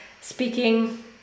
speaking